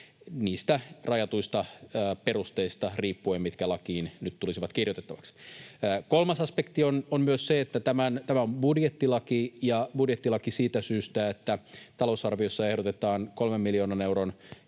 niistä rajatuista perusteista riippuen, mitkä lakiin nyt tulisivat kirjoitettavaksi. Kolmas aspekti on se, että tämä on budjettilaki ja budjettilaki siitä syystä, että talousarviossa ehdotetaan kolmen miljoonan euron